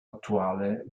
attuale